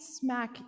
smack